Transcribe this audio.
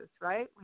right